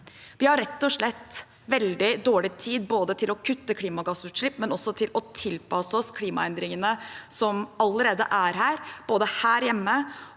Vi har rett og slett veldig dårlig tid, både til å kutte klimagassutslipp og til å tilpasse oss klimaendringene som allerede er her, både her hjemme